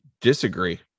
disagree